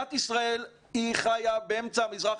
מדינת ישראל היא חיה באמצע המזרח